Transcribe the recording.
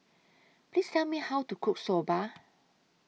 Please Tell Me How to Cook Soba